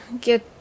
get